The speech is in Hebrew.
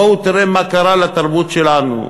בואו תראו מה קרה לתרבות שלנו.